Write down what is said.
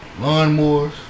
lawnmowers